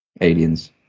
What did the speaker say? aliens